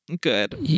Good